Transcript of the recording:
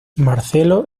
marcelo